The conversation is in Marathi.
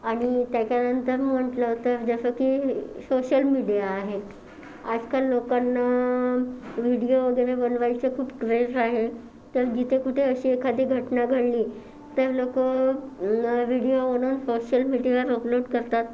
आणि त्याच्यानंतर म्हटलं तर जसंकी सोशल मीडिया आहे आजकाल लोकांना व्हिडीओ वगैरे बनवायचं खूप क्रेझ आहे तर जिथे कुठे अशी एखादी घटना घडली तर लोकं व्हिडीओ बनवून सोशल मीडियावर अपलोड करतात